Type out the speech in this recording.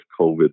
COVID